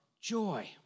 joy